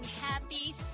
happy